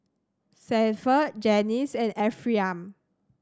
Sanford Janyce and Ephriam